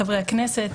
חברי הכנסת,